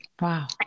Wow